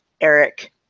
Eric